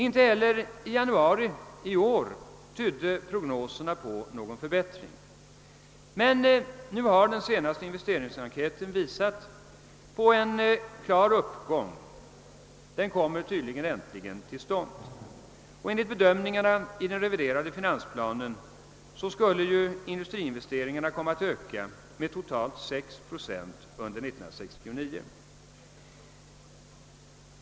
Inte heller i januari i år tydde prognoserna på någon förbättring, men nu har den senaste investeringsenkäten visat på en klar uppgång. Det tycks alltså äntligen bli en sådan, och enligt bedömningarna i den reviderade finansplanen skulle nu industriinvesteringarna komma att öka med totalt 6 procent under 1969.